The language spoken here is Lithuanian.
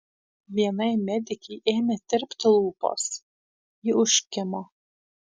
vienai medikei ėmė tirpti lūpos ji užkimo